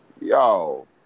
Yo